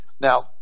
Now